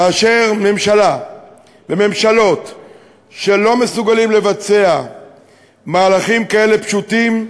כאשר ממשלה וממשלות לא מסוגלות לבצע מהלכים כאלה פשוטים,